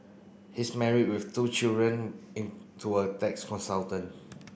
he is married with two children in to a tax consultant